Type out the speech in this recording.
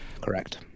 correct